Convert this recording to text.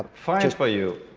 fine for you.